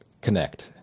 connect